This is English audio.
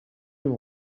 you